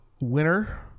winner